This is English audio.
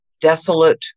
desolate